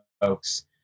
folks